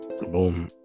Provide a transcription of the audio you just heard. Boom